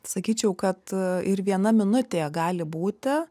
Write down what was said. sakyčiau kad ir viena minutė gali būti